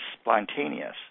spontaneous